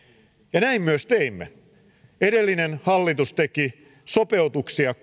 ja näin myös teimme edellinen hallitus teki sopeutuksia